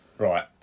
Right